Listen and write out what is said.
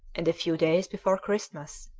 and a few days before christmas,